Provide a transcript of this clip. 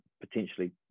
potentially